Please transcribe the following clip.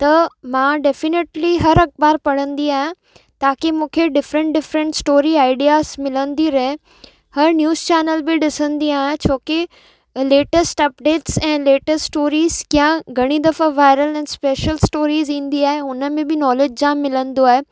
त मां डेफ़िनेटली हर अख़बार पढ़ंदी आहियां ताकी मूंखे डिफ़रेंट डिफ़रेंट स्टोरी आइडियाज़ मिलंदी रहे हर न्यूज़ चैनल बि ॾिसंदी आहियां छोकी लेटेस्ट अपडेट्स ऐं लेटेस्ट स्टोरीज़ कीअं घणी दफ़ा वाइरल इंस्पिरेशन स्टोरीज़ क्या घणी दफ़ा वाएरल ऐं स्पेशल स्टोरीस ईंदी आहे उहा उन में बि नॉलेज जाम मिलंदो आहे